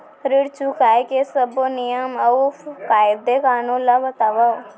ऋण चुकाए के सब्बो नियम अऊ कायदे कानून ला बतावव